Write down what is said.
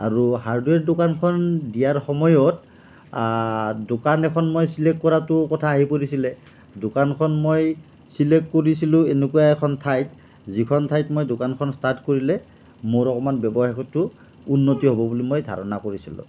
আৰু হাৰ্ডৱেৰ দোকানখন দিয়াৰ সময়ত দোকান এখন মই ছিলেক্ট কৰাটোৰ কথা আহি পৰিছিলে দোকানখন মই ছিলেক্ট কৰিছিলোঁ এনেকুৱা এখন ঠাইত যিখন ঠাইত মই দোকানখন ষ্টাৰ্ট কৰিলে মোৰ অকণমান ব্যৱসায়টো উন্নত হ'ব বুলি ধাৰণা কৰিছিলোঁ